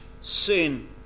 sin